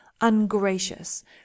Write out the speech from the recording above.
ungracious